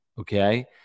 Okay